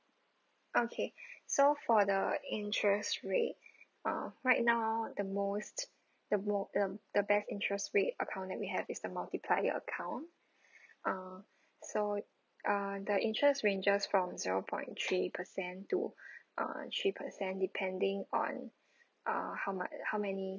okay so for the interest rate uh right now the most the more the the best interest rate account that we have is the multiplier account uh so uh the interest ranges from zero point three percent to uh three percent depending on uh how much how many